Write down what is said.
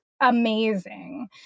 amazing